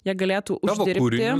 jie galėtų uždirbti